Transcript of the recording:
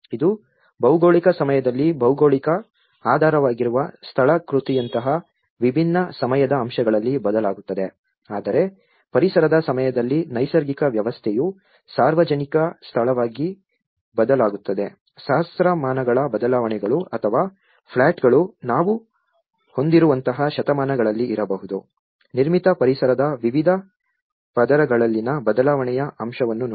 ಇದು ಭೌಗೋಳಿಕ ಸಮಯದಲ್ಲಿ ಭೌಗೋಳಿಕ ಆಧಾರವಾಗಿರುವ ಸ್ಥಳಾಕೃತಿಯಂತಹ ವಿಭಿನ್ನ ಸಮಯದ ಅಂಶಗಳಲ್ಲಿ ಬದಲಾಗುತ್ತದೆ ಆದರೆ ಪರಿಸರದ ಸಮಯದಲ್ಲಿ ನೈಸರ್ಗಿಕ ವ್ಯವಸ್ಥೆಯು ಸಾರ್ವಜನಿಕ ಸ್ಥಳವಾಗಿ ಬದಲಾಗುತ್ತದೆ ಸಹಸ್ರಮಾನಗಳ ಬದಲಾವಣೆಗಳು ಅಥವಾ ಪ್ಲಾಟ್ಗಳು ನಾವು ಹೊಂದಿರುವಂತಹ ಶತಮಾನಗಳಲ್ಲಿ ಇರಬಹುದು ನಿರ್ಮಿತ ಪರಿಸರದ ವಿವಿಧ ಪದರಗಳಲ್ಲಿನ ಬದಲಾವಣೆಯ ಅಂಶವನ್ನು ನೋಡಿದೆ